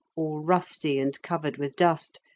all rusty and covered with dust,